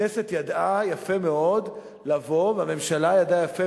הכנסת ידעה יפה מאוד והממשלה ידעה יפה